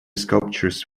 sculptures